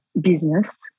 business